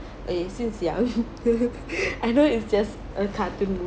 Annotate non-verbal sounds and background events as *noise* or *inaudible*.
uh since young *laughs* I know it's just a cartoon